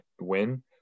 win